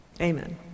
amen